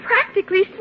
practically